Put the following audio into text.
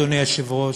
אדוני היושב-ראש,